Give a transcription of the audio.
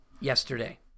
yesterday